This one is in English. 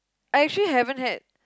I actually haven't had